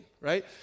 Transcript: right